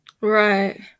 Right